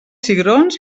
cigrons